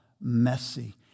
messy